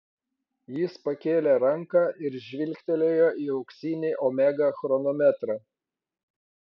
jis pakėlė ranką ir žvilgtelėjo į auksinį omega chronometrą